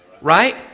Right